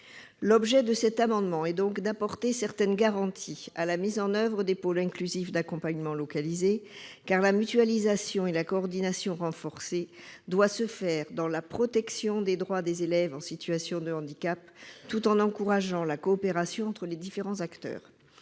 L'objet de cet amendement est d'apporter certaines garanties à la mise en oeuvre des pôles inclusifs d'accompagnement localisés, car la mutualisation et le renforcement de la coordination doivent se faire en protégeant les droits des élèves en situation de handicap tout en encourageant la coopération entre les différents acteurs.